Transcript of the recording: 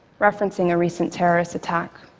referencing a recent terrorist attack.